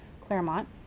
claremont